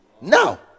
now